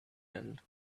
end